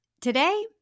today